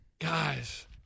Guys